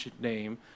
name